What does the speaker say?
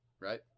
right